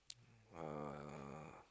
uh